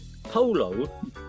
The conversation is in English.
polo